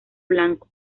blanco